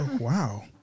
Wow